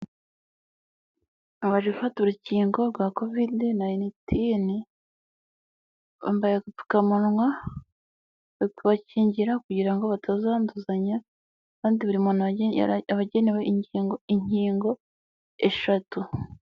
Aba baje gufata urukingo rwa Kovide nayinitini, bambaye agapfukamunwa bari kubakingira kugira ngo batazanduzanya kandi buri muntu aba agenewe inkingo eshatu.